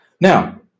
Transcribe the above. Now